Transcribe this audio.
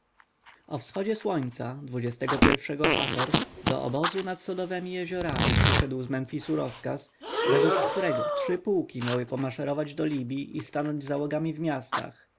wschodzie słońca dwudziestego pierwszego hator do obozu nad sodowemi jeziorami przyszedł z memfisu rozkaz według którego trzy pułki miały maszerować do libji i stanąć załogami w miastach